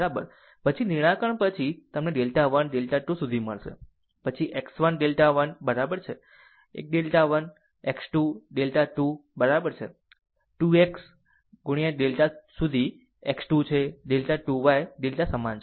પછી નિરાકરણ પછી તમને ડેલ્ટા 1 ડેલ્ટા 2 સુધી મળશે પછી x 1 ડેલ્ટા 1 બરાબર છે 1 ડેલ્ટા x 2 ડેલ્ટા 2 બરાબર છે 2 x ડેલ્ટા સુધી છે x 2 છે ડેલ્ટા 2y ડેલ્ટા સમાન છે